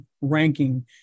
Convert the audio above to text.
ranking